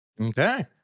Okay